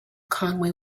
conway